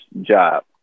job